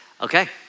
Okay